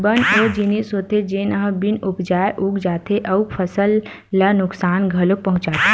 बन ओ जिनिस होथे जेन ह बिन उपजाए उग जाथे अउ फसल ल नुकसान घलोक पहुचाथे